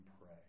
pray